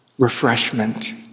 refreshment